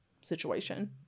situation